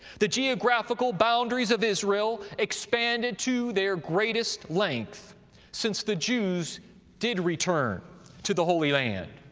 the geographical boundaries of israel expanded to their greatest length since the jews did return to the holy land.